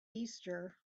easter